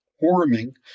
Warming